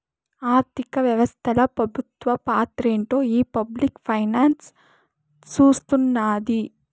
ఆర్థిక వ్యవస్తల పెబుత్వ పాత్రేంటో ఈ పబ్లిక్ ఫైనాన్స్ సూస్తున్నాది